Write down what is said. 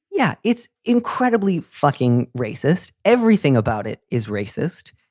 yeah, it's incredibly fucking racist. everything about it is racist.